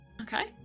Okay